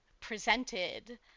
presented